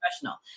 professional